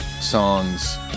songs